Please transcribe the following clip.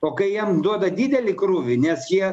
o kai jam duoda didelį krūvį nes jie